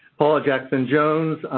paula jackson jones